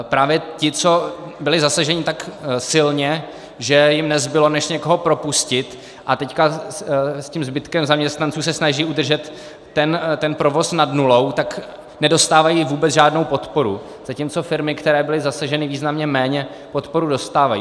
Právě ti, co byli zasaženi tak silně, že jim nezbylo, než někoho propustit, a teď s tím zbytkem zaměstnanců se snaží udržet ten provoz nad nulou, nedostávají vůbec žádnou podporu, zatímco firmy, které byly zasaženy významně méně, podporu dostávají.